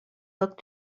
look